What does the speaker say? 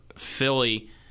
Philly